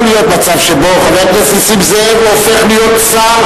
לא יכול להיות מצב שבו חבר הכנסת נסים זאב הופך להיות שר,